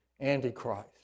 Antichrist